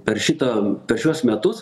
per šitą per šiuos metus